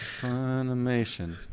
Funimation